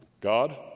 God